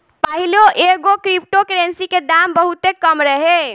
पाहिले एगो crypto currency के दाम बहुते कम रहे